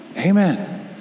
Amen